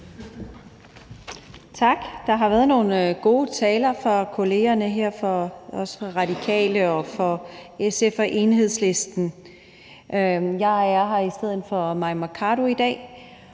Tak. Der har været nogle gode taler fra kollegerne her, også fra Radikale og SF og Enhedslisten. Jeg er her i stedet for fru Mai Mercado i dag.